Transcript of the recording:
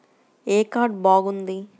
ఏ card బాగుంది?